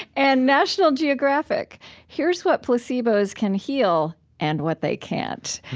and national geographic here's what placebos can heal and what they can't.